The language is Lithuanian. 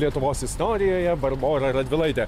lietuvos istorijoje barbora radvilaitė